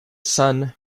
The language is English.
son